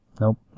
nope